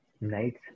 Nights